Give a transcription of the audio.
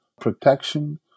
protection